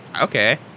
okay